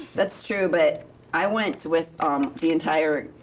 that's true, but i went with the entire